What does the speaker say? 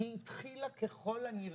היא התחילה ככל הנראה